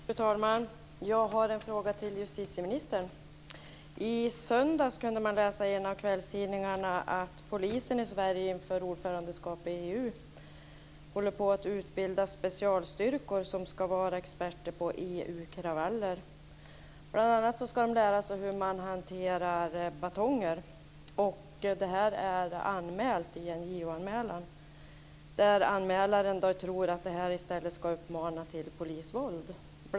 Fru talman! Jag har en fråga till justitieministern. I söndags kunde man läsa i en av kvällstidningarna att polisen i Sverige inför ordförandeskapet i EU håller på att utbilda specialstyrkor som ska vara experter på EU-kravaller. Bl.a. ska de lära sig hur man hanterar batonger. Det här är anmält till JO, och anmälaren tror att det här i stället kommer att uppmana till polisvåld.